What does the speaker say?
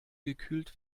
gekühlt